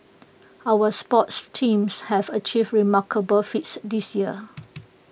our sports teams have achieved remarkable feats this year